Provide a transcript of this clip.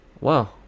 Wow